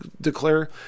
declare